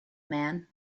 man